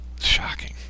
Shocking